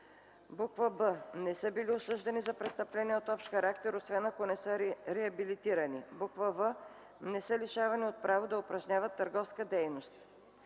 б) не са били осъждани за престъпления от общ характер, освен ако не са реабилитирани; в) не са лишавани от право да упражняват търговска дейност.